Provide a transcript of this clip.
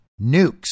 nukes